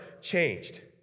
changed